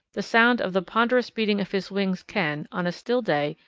the sound of the ponderous beating of his wings can, on a still day,